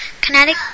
Kinetic